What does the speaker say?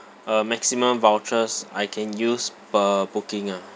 uh maximum vouchers I can use per booking ah